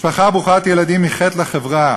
משפחה ברוכת ילדים היא חטא לחברה,